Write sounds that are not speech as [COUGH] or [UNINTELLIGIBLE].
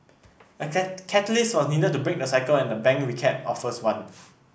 a [UNINTELLIGIBLE] catalyst was needed to break the cycle and the bank recap offers one